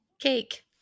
cake